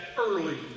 early